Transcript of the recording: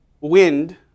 wind